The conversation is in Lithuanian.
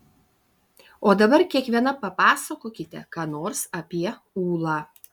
o dabar kiekviena papasakokite ką nors apie ūlą